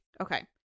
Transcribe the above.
Okay